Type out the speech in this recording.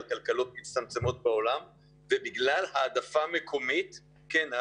כלכלות מצטמצמות בעולם ובגלל העדפה מקומית כן,